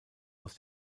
aus